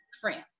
friend